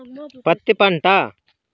పత్తి పంట